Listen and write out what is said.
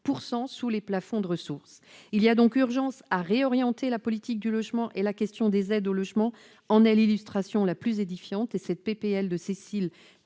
deçà des plafonds de ressources. Il est donc urgent de réorienter la politique du logement, et la question des aides au logement en est l'illustration la plus édifiante. Par